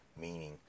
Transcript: meaning